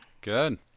Good